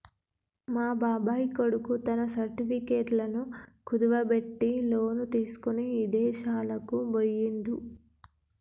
మా బాబాయ్ కొడుకు తన సర్టిఫికెట్లను కుదువబెట్టి లోను తీసుకొని ఇదేశాలకు బొయ్యిండు